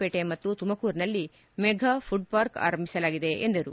ಪೇಟೆ ಮತ್ತು ತುಮಕೂರಿನಲ್ಲಿ ಮೆಫಾ ಫುಡ್ಪಾರ್ಕ್ ಆರಂಭಿಸಲಾಗಿದೆ ಎಂದರು